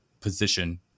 position